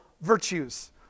virtues